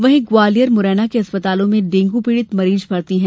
वहीं ग्वालियर मुरैना के अस्पतालों में डेंगू पीड़ित मरीज भर्ती हैं